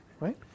right